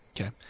Okay